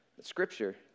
Scripture